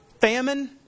Famine